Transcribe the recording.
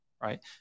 right